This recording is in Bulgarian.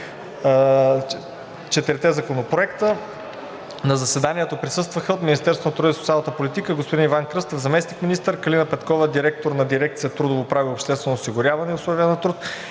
четирите законопроекта. На заседанието присъстваха: от Министерството на труда и социалната политика: господин Иван Кръстев – заместник-министър, Калина Петкова – директор на дирекция „Трудово право, обществено осигуряване и условия на труд“,